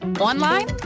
Online